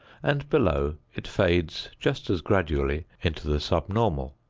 and below it fades just as gradually into the sub-normal.